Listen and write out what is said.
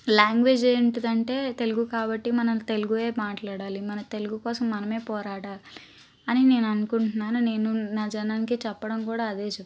language ఏంటిదంటే తెలుగు కాబట్టి మనం తెలుగుయే మాట్లాడాలి మన తెలుగు కోసం మనమే పోరాడాలి అని నేననుకుంటున్నాను నేను నా జనానికి చెప్పడం కూడా అదే చెప్తాను